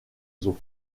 oiseaux